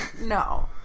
no